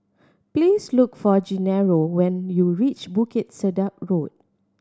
please look for Genaro when you reach Bukit Sedap Road